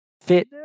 fit